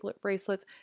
bracelets